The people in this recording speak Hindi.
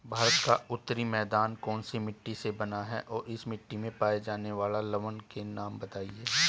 भारत का उत्तरी मैदान कौनसी मिट्टी से बना है और इस मिट्टी में पाए जाने वाले लवण के नाम बताइए?